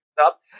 up